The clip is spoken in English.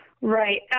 right